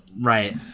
Right